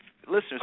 listeners